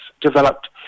developed